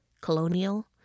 colonial